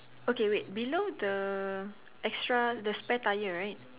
okay wait below the extra the spare tyre right